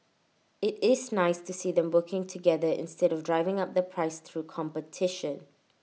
IT is nice to see them working together instead of driving up the price through competition